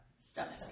stomach